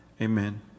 Amen